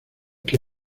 que